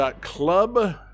club